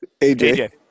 AJ